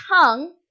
tongue